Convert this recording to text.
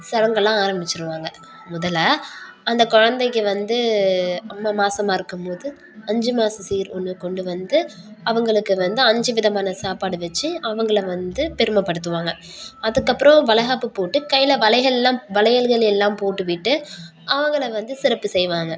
சடங்கெலாம் ஆரம்பிச்சுருவாங்க முதலில் அந்த குழந்தைக்கு வந்து அம்மா மாதமா இருக்கும்போது அஞ்சு மாத சீர் ஒன்று கொண்டு வந்து அவர்களுக்கு வந்து அஞ்சு விதமான சாப்பாடு வச்சு அவங்களை வந்து பெருமைப்படுத்துவாங்க அதுக்கப்புறம் வளைகாப்பு போட்டு கையில் வளைகளெலாம் வளையல்கள் எல்லாம் போட்டுவிட்டு அவங்களை வந்து சிறப்பு செய்வாங்க